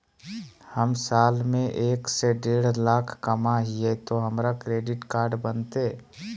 हम साल में एक से देढ लाख कमा हिये तो हमरा क्रेडिट कार्ड बनते?